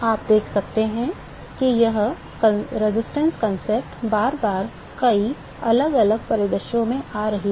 आप देख सकते हैं कि यह प्रतिरोध अवधारणा बार बार कई अलग अलग परिदृश्यों में आ रही है